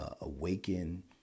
awaken